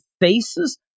faces